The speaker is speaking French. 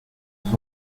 nous